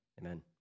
amen